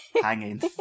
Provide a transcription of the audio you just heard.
hanging